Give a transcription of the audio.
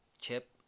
Chip